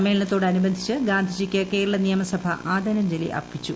സമ്മേളനത്തോടനുബന്ധിച്ച് ഗാന്ധിജിക്ക് കേരള നിയമസഭ ആദരാഞ്ജലി അർപ്പിച്ചു